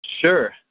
Sure